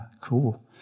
cool